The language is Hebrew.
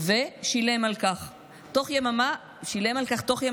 ושילם על כך תוך יממה בפיטורים,